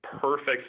perfect